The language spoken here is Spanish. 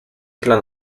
isla